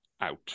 out